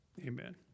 Amen